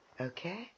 Okay